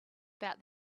about